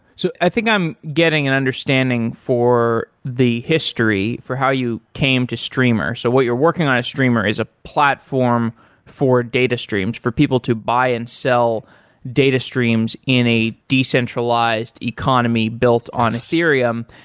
so i think i'm getting an understanding for the history for how you came to streamr. so what you're working on streamr is a platform for data streams, for people to buy and sell data streams in a decentralized economy built on ethereum,